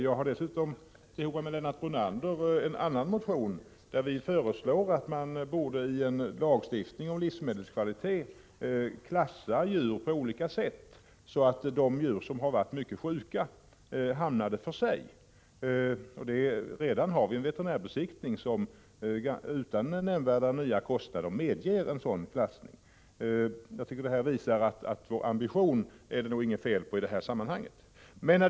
Jag har dessutom i en annan motion, tillsammans med Lennart Brunander, föreslagit att man i lagstiftning om livsmedelskvaliteten skall klassa djuren på olika sätt, så att de djur som har varit mycket sjuka hamnar i en klass för sig. Vi har redan en veterinärbesiktning, som utan nämnvärda nya kostnader medger en sådan klassning. Det här visar att det inte är något fel på vår ambition i detta sammanhang.